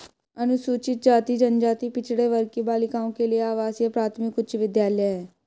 अनुसूचित जाति जनजाति पिछड़े वर्ग की बालिकाओं के लिए आवासीय प्राथमिक उच्च विद्यालय है